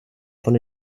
von